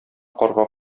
карга